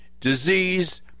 disease